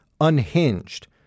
unhinged